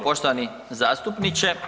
Poštovani zastupniče.